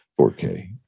4K